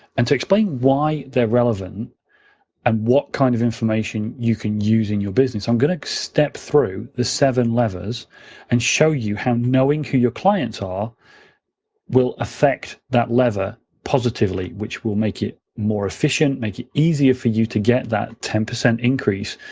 and to explain why they're relevant and what kind of information you can use in your business, i'm going to step through the seven levers and show you how knowing who your clients are will affect that lever positively. which will make it more efficient, make it easier for you to get that ten percent increase,